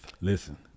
Listen